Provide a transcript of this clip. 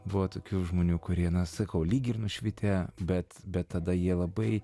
buvo tokių žmonių kurie na sakau lyg ir nušvitę bet bet tada jie labai